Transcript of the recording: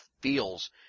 feels